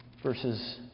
Verses